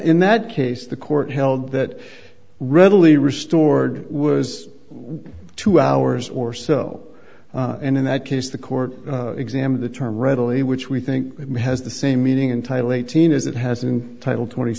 in that case the court held that readily restored was two hours or so and in that case the court exam of the term readily which we think has the same meaning in title eighteen as it has in title twenty